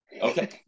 Okay